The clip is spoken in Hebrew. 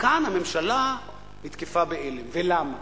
וכאן הממשלה נתקפה באלם, ולמה?